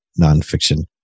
nonfiction